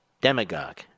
demagogue